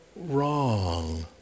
wrong